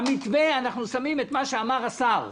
במתווה אנחנו שמים את מה שאמר השר.